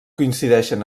coincideixen